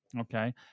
Okay